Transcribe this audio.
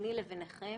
ביני לבינכם